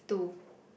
two